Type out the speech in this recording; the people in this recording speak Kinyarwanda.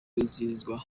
wizihizwa